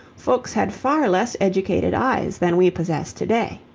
folks had far less educated eyes than we possess to-day.